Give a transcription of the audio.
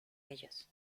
ellos